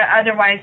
otherwise